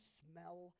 smell